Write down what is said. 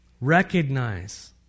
Recognize